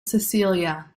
cecilia